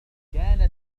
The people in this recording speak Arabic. كانت